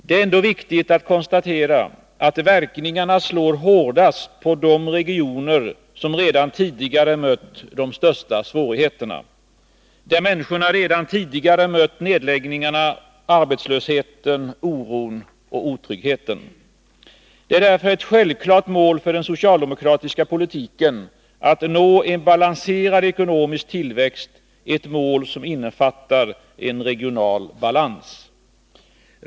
Det är ändå viktigt att konstatera att verkningarna slår hårdast på de regioner som redan tidigare mött de största svårigheterna, där människorna redan tidigare mött nedläggningarna och arbetslösheten, oron och otryggheten. Det är därför ett självklart mål för den socialdemokratiska politiken att nå en balanserad ekonomisk tillväxt, ett mål som innefattar en regional balans.